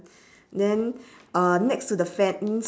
then uh next to the fence